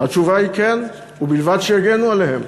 התשובה היא כן, ובלבד שיגנו עליהם.